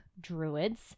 Druids